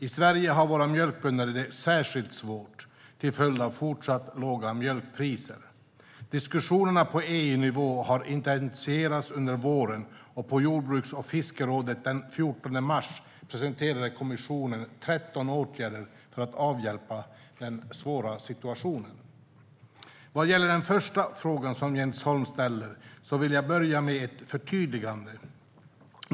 I Sverige har våra mjölkbönder det särskilt svårt till följd av fortsatt låga mjölkpriser. Diskussionerna på EU-nivå har intensifierats under våren, och på jordbruks och fiskerådet den 14 mars presenterade kommissionen 13 åtgärder för att avhjälpa den svåra situationen. Vad gäller den första fråga som Jens Holm ställer vill jag börja med ett förtydligande.